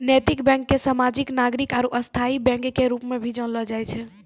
नैतिक बैंक के सामाजिक नागरिक आरू स्थायी बैंक के रूप मे भी जानलो जाय छै